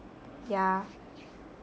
yeah